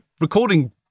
recording